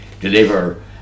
deliver